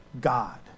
God